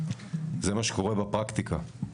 זה מה שקורה בפרקטיקה.